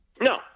No